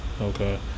Okay